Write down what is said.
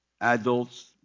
adults